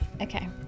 Okay